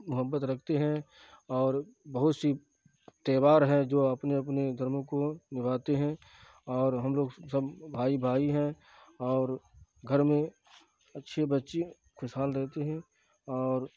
محبت رکھتے ہیں اور بہت سی تہوار ہیں جو اپنے اپنے دھرموں کو نبھاتے ہیں اور ہم لوگ سب بھائی بھائی ہیں اور گھر میں اچھے بچے خوش حال رہتے ہیں اور